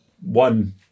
one